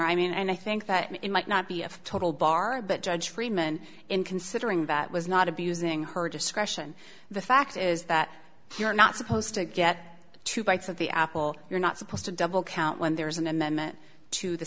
i mean and i think that it might not be a total bar but judge freeman in considering that was not abusing her discretion the fact is that you're not supposed to get two bites at the apple you're not supposed to double count when there's an amendment to the